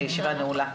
הישיבה נעולה.